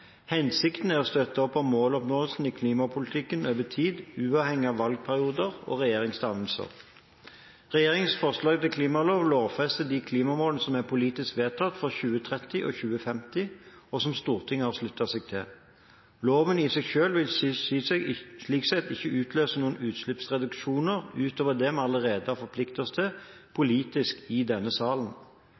Hensikten er å støtte opp om måloppnåelsen i klimapolitikken over tid, uavhengig av valgperioder og regjeringsdannelser. Regjeringens forslag til klimalov lovfester de klimamålene som er politisk vedtatt for 2030 og 2050, og som Stortinget har sluttet seg til. Loven i seg selv vil slik sett ikke utløse noen utslippsreduksjoner utover det vi allerede har forpliktet oss til politisk i denne salen.